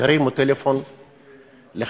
שהרימו טלפון לחברי,